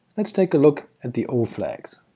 let's take a look at the oflags